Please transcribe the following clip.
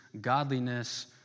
godliness